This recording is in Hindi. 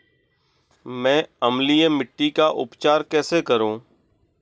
मैं अम्लीय मिट्टी का उपचार कैसे करूं?